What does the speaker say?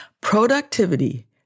Productivity